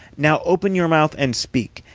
now open your mouth and speak.